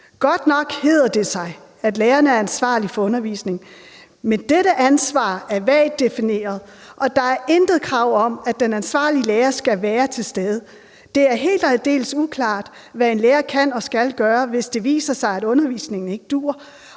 »Godt nok hedder det sig, at lærerne er ansvarlige for undervisningen, men dette ansvar er vagt defineret, og der er intet krav om, at den ansvarlige lærer skal være til stede. Det er helt og aldeles uklart, hvad en lærer kan og skal gøre, hvis det viser sig, at undervisningen ikke duer,